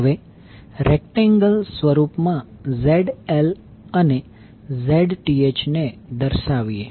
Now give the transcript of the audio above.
હવે રેક્ટેંગલ સ્વરૂપમાં ZL અને Zth ને દર્શાવીએ